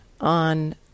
on